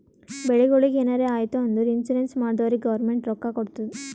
ಬೆಳಿಗೊಳಿಗ್ ಎನಾರೇ ಆಯ್ತು ಅಂದುರ್ ಇನ್ಸೂರೆನ್ಸ್ ಮಾಡ್ದೊರಿಗ್ ಗೌರ್ಮೆಂಟ್ ರೊಕ್ಕಾ ಕೊಡ್ತುದ್